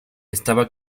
estaba